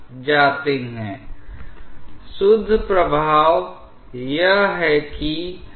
तो इस तरह एक अनुभाग 2 होने से जो एक अभिसरण अनुभाग की तरह है यह अनुपयुक्त नहीं है